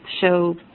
show